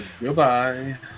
Goodbye